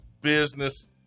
business